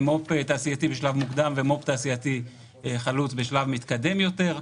מו"פ תעשייתי בשלב מוקדם ומו"פ תעשייתי חלוץ בשלב מתקדם יותר.